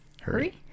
Hurry